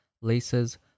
laces